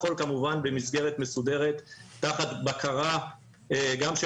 הכול כמובן במסגרת מסודרת תחת בקרה גם של